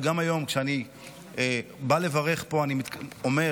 וגם היום כשאני בא לברך פה, אני אומר,